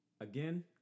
again